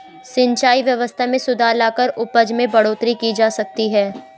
सिंचाई व्यवस्था में सुधार लाकर उपज में बढ़ोतरी की जा सकती है